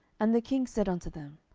and the king said unto them,